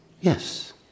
Yes